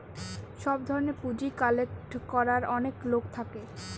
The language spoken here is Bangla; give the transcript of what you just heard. সব ধরনের পুঁজি কালেক্ট করার অনেক লোক থাকে